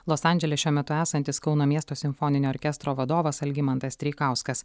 los andžele šiuo metu esantis kauno miesto simfoninio orkestro vadovas algimantas treikauskas